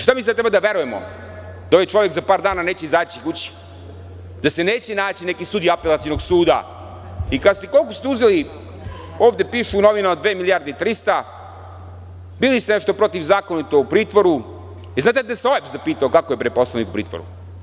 Šta mi sada treba da verujemo da taj čovek za par dana neće izaći kući, da se neće naći neki sudija Apelacionog suda i kazati – koliko ste uzeli, ovde u novinama piše dve milijarde i 300, bili ste nešto protivzakonito u pritvoru, a znate i da se OEBS zapitao kako je poslanik u pritvoru?